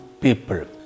people